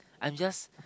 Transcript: I'm just